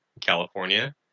California